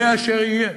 יהיה אשר יהיה.